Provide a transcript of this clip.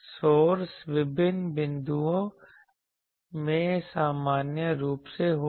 source विभिन्न बिंदुओं में सामान्य रूप से होगा